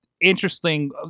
interesting